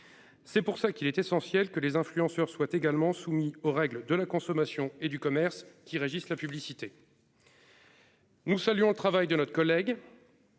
C'est pour ça qu'il est essentiel que les influenceurs soit également soumis aux règles de la consommation et du commerce qui régissent la publicité. Nous saluons le travail de notre collègue.